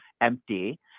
empty